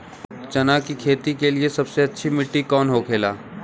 चना की खेती के लिए सबसे अच्छी मिट्टी कौन होखे ला?